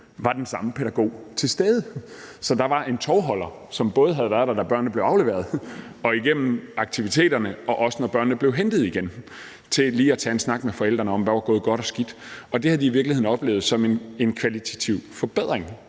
var den samme pædagog til stede. Så der var en tovholder, som både havde været der, når børnene blev afleveret, og igennem aktiviteterne, og også når børnene blev hentet igen, til lige at tage en snak med forældrene om, hvad der var gået godt og skidt, og det havde de i virkeligheden oplevet som en kvalitativ forbedring